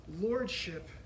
lordship